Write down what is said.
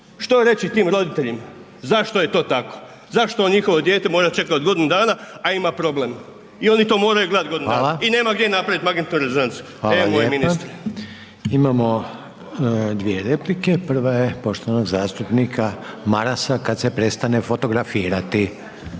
Što reći tim roditeljima zašto je to tako? Zašto njihovo dijete mora čekati godinu dana a ima problem i oni to moraju gledati godinu dana i nema gdje napraviti magnetnu rezonancu. E moj ministre. **Reiner, Željko (HDZ)** Hvala lijepa. Imamo dvije replike. Prva je poštovanog zastupnika Marasa kada se prestane fotografirati.